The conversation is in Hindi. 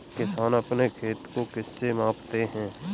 किसान अपने खेत को किससे मापते हैं?